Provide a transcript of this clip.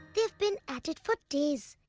they've been at it for days.